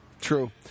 True